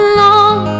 Alone